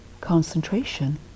concentration